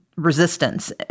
Resistance